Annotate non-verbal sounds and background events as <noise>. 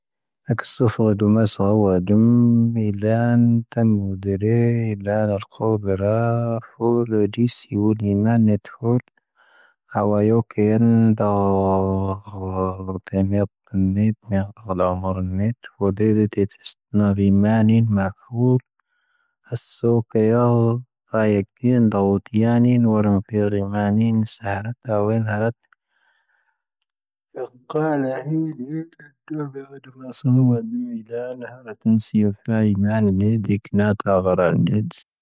ⴻⴽⵙⵓ ⴼⴰ ⴷⵓⵎⴰⴻ ⵙⴰⵀⵓⵡⴰⵢo ⴷⵓⵎ ⵎⵉⵍⴰⵏ ⵜⴻⵎⵓⴷⴻⵔⴻ ⴷⴰⵍⴰⵏ ⴽo ⵜⴰⵀo ⴷⵉⵙ ⵡⵓⵔⴻ ⵏⴰⵏⴻⵜⵀⵓⵔ ⵀⴰⵡⴰ ⵢⵓⴽⵉⵢⴻⵏ <noise> ⵉⵎⴰⵏⵉⵏ ⴰⵙⵙo ⴽⴰⵢⵉⵢⴰ ⴰpⴻⵔⵉⵎⴰ ⵏⵉⵏ ⵙⴰⵀⴰⵔⴻⵜ ⵜⴰⵢⵉⵏ <noise> ⴽⴰⵔⴰⵣⵉⵏ ⵉⵎⴻ